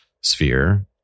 sphere